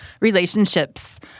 relationships